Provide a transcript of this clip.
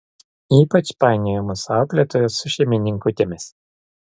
ypač painiojamos auklėtojos su šeimininkutėmis